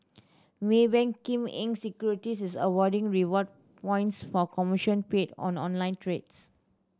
Maybank Kim Eng Securities is awarding reward points for commission paid on online trades